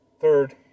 third